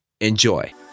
enjoy